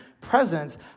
presence